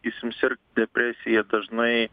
sakysim sirgt depresija dažnai